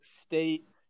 State